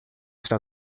está